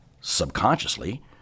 subconsciously